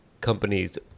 companies